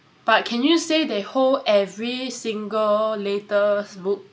but can you say they hold every single latest book